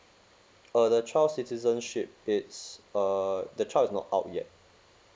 uh the child citizenship it's uh the child is not out yet